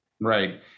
Right